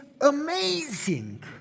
amazing